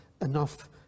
enough